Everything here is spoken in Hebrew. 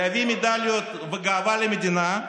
להביא מדליות וגאווה למדינה,